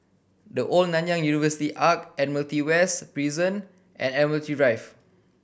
The Old Nanyang University Arch Admiralty West Prison and Admiralty Drive